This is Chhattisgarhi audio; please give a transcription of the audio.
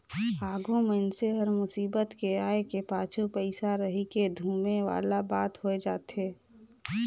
आघु मइनसे हर मुसीबत के आय के पाछू पइसा रहिके धुमे वाला बात होए जाथे